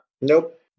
Nope